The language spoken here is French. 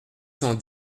cent